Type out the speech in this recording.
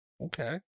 Okay